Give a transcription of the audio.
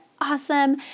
awesome